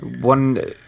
one